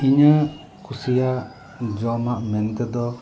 ᱤᱧᱟᱹᱜ ᱠᱩᱥᱤᱭᱟᱜ ᱡᱚᱢᱟᱜ ᱢᱮᱱ ᱛᱮᱫᱚ